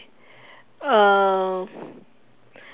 uh